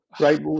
Right